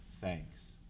thanks